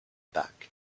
back